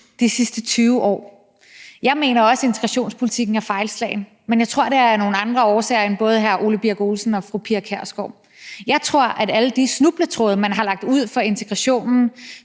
de sidste 20 år, og jeg mener også, at integrationspolitikken er fejlslagen, men jeg tror, at det er af nogle andre årsager end for både hr. Ole Birk Olesen og fru Pia Kjærsgaard. Jeg tror, at alle de snubletråde, man har lagt ud for integrationen